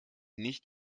nicht